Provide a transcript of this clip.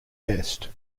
best